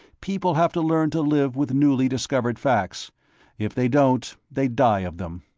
people have to learn to live with newly-discovered facts if they don't, they die of them.